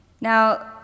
Now